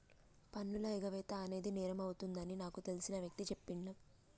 పన్నుల ఎగవేత అనేది నేరమవుతుంది అని నాకు తెలిసిన వ్యక్తి చెప్పిండు